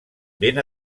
ben